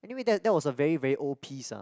anyway that that was a very very old piece ah